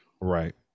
Right